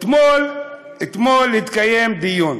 אתמול התקיים דיון